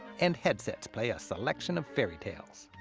and headsets play a selection of fairy tales.